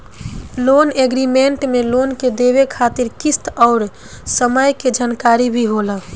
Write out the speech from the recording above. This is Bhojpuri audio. लोन एग्रीमेंट में लोन के देवे खातिर किस्त अउर समय के जानकारी भी होला